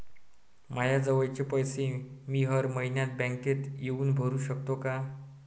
मायाजवळचे पैसे मी हर मइन्यात बँकेत येऊन भरू सकतो का?